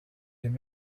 him